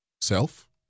Self